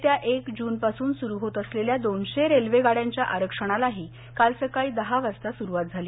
येत्या एक जूनपासून सुरू होत असलेल्या दोनशे रेल्वेगाड्यांच्या आरक्षणालाही काल सकाळी दहा वाजता सुरुवात झाली